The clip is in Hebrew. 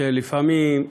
לפעמים,